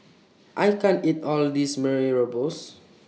I can't eat All of This Mee Rebus